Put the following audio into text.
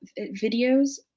videos